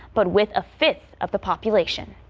but with a fit of the population.